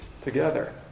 together